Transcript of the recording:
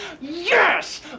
Yes